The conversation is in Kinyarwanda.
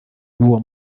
y’uwo